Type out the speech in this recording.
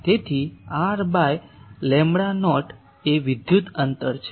તેથી r by lambda naught એ વિદ્યુત અંતર છે